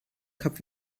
kap